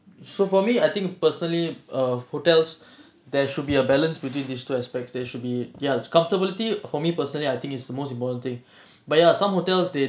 so for me I think personally err hotels there should be a balance between these two aspects they should be ya comfortability for me personally I think it's the most important thing but ya some hotels they